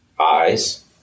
eyes